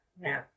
No